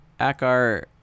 Akar